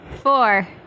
four